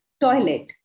toilet